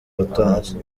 watanze